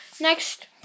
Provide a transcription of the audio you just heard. next